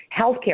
Healthcare